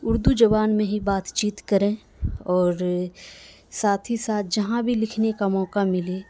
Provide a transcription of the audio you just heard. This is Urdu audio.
اردو زبان میں ہی بات چیت کریں اور ساتھ ہی ساتھ جہاں بھی لکھنے کا موقع ملے